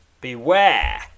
beware